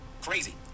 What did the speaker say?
crazy